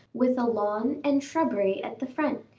with a lawn and shrubbery at the front,